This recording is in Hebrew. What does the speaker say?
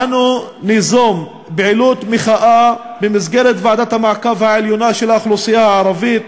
אנו ניזום פעילות מחאה במסגרת ועדת המעקב העליונה של האוכלוסייה הערבית